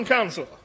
Council